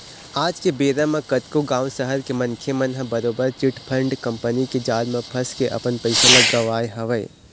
आज के बेरा म कतको गाँव, सहर के मनखे मन ह बरोबर चिटफंड कंपनी के जाल म फंस के अपन पइसा ल गवाए हवय